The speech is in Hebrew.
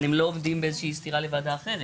הם לא עומדים באיזושהי סתירה לוועדה אחרת.